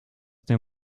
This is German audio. der